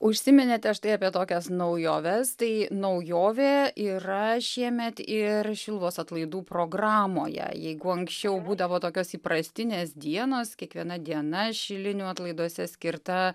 užsiminėte štai apie tokias naujoves tai naujovė yra šiemet ir šiluvos atlaidų programoje jeigu anksčiau būdavo tokios įprastinės dienos kiekviena diena šilinių atlaiduose skirta